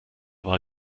war